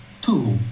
two